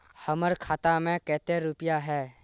हमर खाता में केते रुपया है?